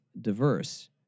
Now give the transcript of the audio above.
diverse